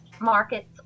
markets